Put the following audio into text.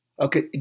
Okay